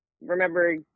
remember